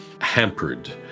hampered